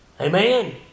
Amen